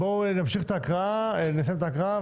בואו נמשיך את ההקראה ונסיים אותה.